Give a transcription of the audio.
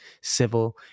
civil